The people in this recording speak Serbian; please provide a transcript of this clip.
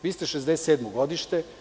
Vi ste 1967. godište.